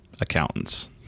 Accountants